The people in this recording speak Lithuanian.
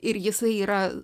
ir jisai yra